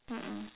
mm mm